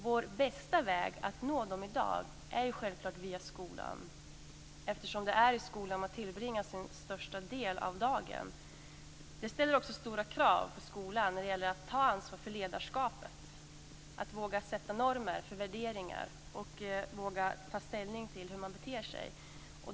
Vår bästa väg att nå dem i dag är självklart via skolan, eftersom det är i skolan de tillbringar den största delen av dagen. Det ställer också stora krav på skolan när det gäller att ta ansvar för ledarskapet, att våga sätta normer för värderingar och våga ta ställning till hur man beter sig.